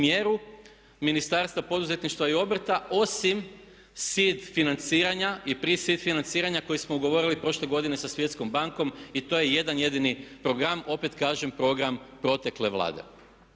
mjeru Ministarstva poduzetništva i obrta osim SID financiranja i PRISIF financiranja koji smo ugovorili prošle godine sa svjetskom bankom i to je jedan jedini program, opet kažem program protekle Vlade.